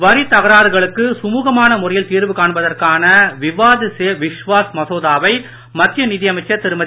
வரித் தகராறுகளுக்கு சுமுகமான முறையில் தீர்வு காண்பதற்கான விவாத் ஸே விஸ்வாஸ் மசோதாவை மத்திய நிதியமைச்சர் திருமதி